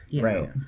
Right